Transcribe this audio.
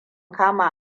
kama